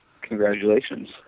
congratulations